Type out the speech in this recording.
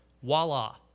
Voila